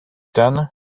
ten